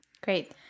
Great